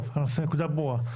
טוב, הנקודה ברורה.